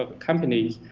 ah companies.